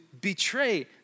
betray